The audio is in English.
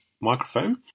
microphone